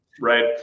Right